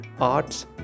arts